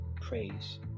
praise